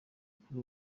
kuri